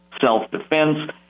self-defense